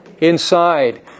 inside